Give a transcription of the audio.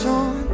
on